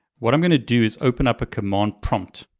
what i'm going to do is open up a command prompt.